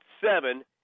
seven